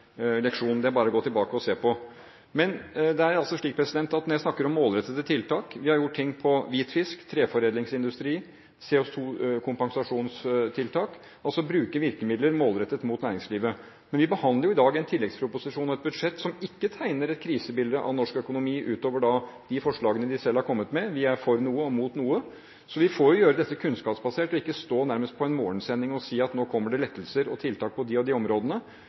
Det er bare å gå tilbake og se på. Men når jeg snakker om målrettede tiltak, har vi gjort ting på hvit fisk, treforedlingsindustri og CO2-kompensasjonstiltak. Vi bruker virkemidler målrettet mot næringslivet. Men vi behandler jo i dag en tilleggsproposisjon og et budsjett som ikke tegner et krisebilde av norsk økonomi, utover de forslagene de selv har kommet med. Vi er for noe og mot noe. Vi må gjøre dette kunnskapsbasert og ikke stå på en morgensending og nærmest si at nå kommer det lettelser og tiltak på de og de områdene.